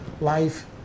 life